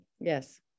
Yes